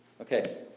Okay